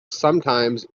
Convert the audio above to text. sometimes